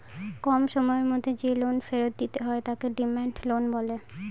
কম সময়ের মধ্যে যে লোন ফেরত দিতে হয় তাকে ডিমান্ড লোন বলে